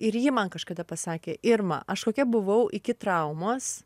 ir ji man kažkada pasakė irma aš kokia buvau iki traumos